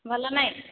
ଭଲ ନାହିଁ